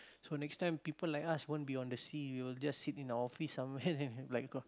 so next time people like us won't be on the sea we'll just sit in our office somewhere like got